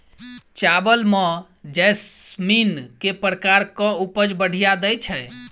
चावल म जैसमिन केँ प्रकार कऽ उपज बढ़िया दैय छै?